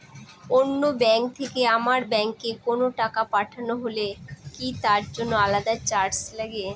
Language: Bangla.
অন্য ব্যাংক থেকে আমার ব্যাংকে কোনো টাকা পাঠানো হলে কি তার জন্য আলাদা চার্জ লাগে?